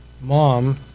mom